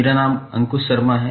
मेरा नाम अंकुश शर्मा है